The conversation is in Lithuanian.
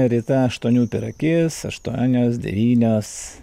rita aštuonių per akis aštuonios devynios